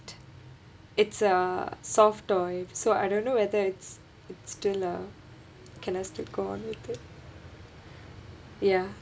it's a soft toy so I don't know whether it's it's still a can I still go on with it ya